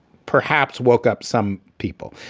perhaps woke up some people.